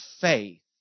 faith